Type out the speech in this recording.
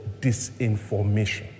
disinformation